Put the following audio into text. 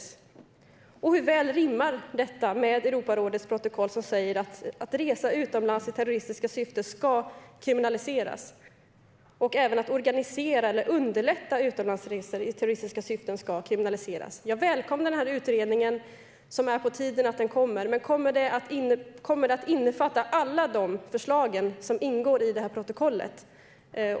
Jag undrar hur väl detta rimmar med Europarådets protokoll som säger: Att resa utomlands i terroristiska syften ska kriminaliseras. Det säger även: Att organisera eller underlätta utlandsresor i terroristiska syften ska kriminaliseras. Jag välkomnar den här utredningen. Det är på tiden att den kommer. Men kommer den att innefatta alla de förslag som ingår i det här protokollet?